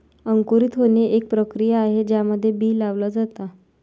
अंकुरित होणे, एक प्रक्रिया आहे ज्यामध्ये बी लावल जाता